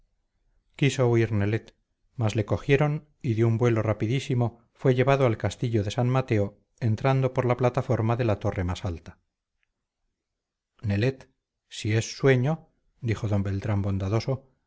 hermosa marcela quiso huir nelet mas le cogieron y de un vuelo rapidísimo fue llevado al castillo de san mateo entrando por la plataforma de la torre más alta nelet si es sueño dijo d beltrán bondadoso